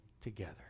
together